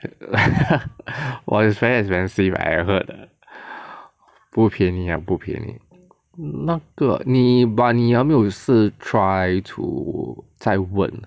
!wah! it's very expensive I heard 不便宜不便宜那个你 but 你还没有试 try to 再问